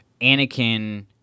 Anakin